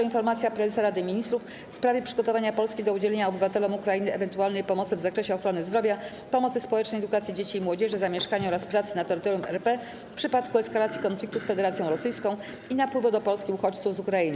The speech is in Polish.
Informacja Prezesa Rady Ministrów w sprawie przygotowania Polski do udzielenia obywatelom Ukrainy ewentualnej pomocy w zakresie ochrony zdrowia, pomocy społecznej, edukacji dzieci i młodzieży, zamieszkania oraz prac na terytorium RP, w przypadku eskalacji konfliktu z Federacją Rosyjską i napływu do Polski uchodźców z Ukrainy.